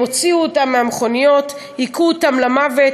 הם הוציאו אותם מהמכוניות, הכו אותם למוות,